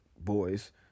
boys